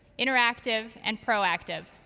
interactive, and proactive.